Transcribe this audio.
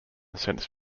sense